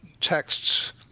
texts